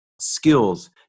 skills